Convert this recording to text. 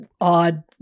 odd